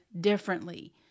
differently